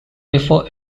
before